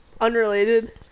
unrelated